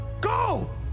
Go